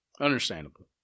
Understandable